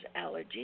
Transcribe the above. allergies